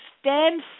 Stand